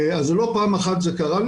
אז לא פעם אחת זה קרה,